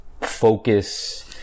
focus